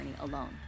alone